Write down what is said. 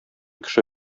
кеше